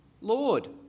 Lord